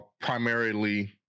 primarily